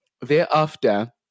Thereafter